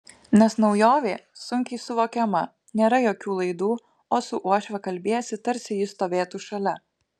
nes naujovė sunkiai suvokiama nėra jokių laidų o su uošve kalbiesi tarsi ji stovėtų šalia